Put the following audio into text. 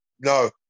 No